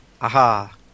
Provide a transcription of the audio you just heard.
Aha